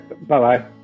Bye-bye